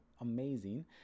amazing